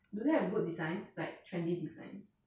do they have good designs like trendy designs